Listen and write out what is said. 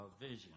vision